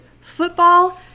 football